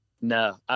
no